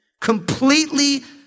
completely